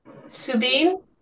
Subin